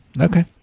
Okay